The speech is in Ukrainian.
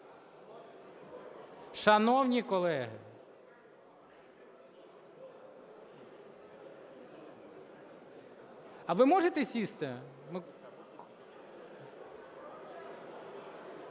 Шановні колеги! А ви можете сісти?